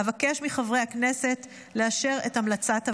אבקש מחברי הכנסת לאשר את המלצת הוועדה.